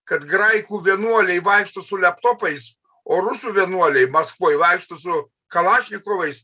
kad graikų vienuoliai vaikšto su leptopais o rusų vienuoliai maskvoj vaikšto su kalašnikovais